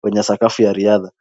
kwenye sakafu ya riadha.